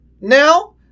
now